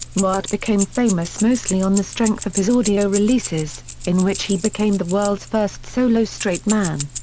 newhart became famous mostly on the strength of his audio releases, in which he became the world's first solo straight man.